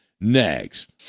next